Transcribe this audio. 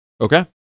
Okay